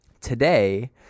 today